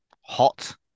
hot